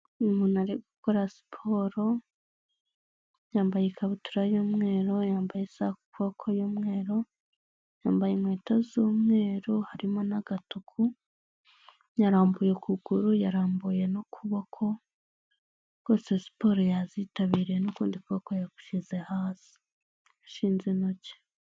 Umuntu ari gukora siporo yambaye ikabutura y'umweru yambaye isaha ku kuboko y'umweru, yambaye inkweto z'umweru harimo n'agatuku, yarambuye ukuguru yarambuye n'ukuboko, rwose siporo yazitabiriye n'ukundi kuboko yagushyize hasi, yashinze intoki.